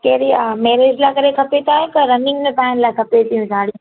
कहिड़ी हा मैरिज लाइ करे खपे काई की रनिंग में पाइण लाइ खपे थी हू साड़ियूं